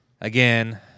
again